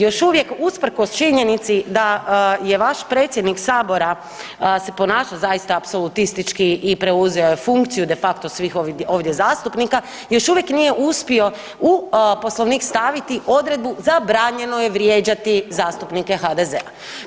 Još uvijek usprkos činjenici da je vaš predsjednik Sabora se ponaša zaista apsolutistički i preuzeo je funkciju de facto svih ovdje zastupnika još uvijek nije uspio u Poslovnik staviti odredbu zabranjeno je vrijeđati zastupnike HDZ-a.